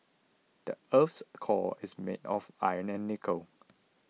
the earth's core is made of iron and nickel